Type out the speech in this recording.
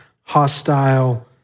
hostile